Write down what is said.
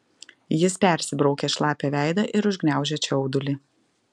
jis persibraukė šlapią veidą ir užgniaužė čiaudulį